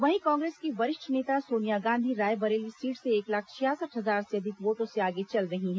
वहीं कांग्रेस की वरिष्ठ नेता सोनिया गांधी रायबरेली सीट से एक लाख छियासठ हजार से अधिक बोटों से आगे चल रही हैं